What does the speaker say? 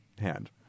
hand